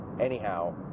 Anyhow